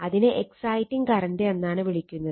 അതിനെ exciting current എന്നാണ് വിളിക്കുന്നത്